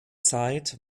zeit